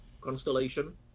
constellation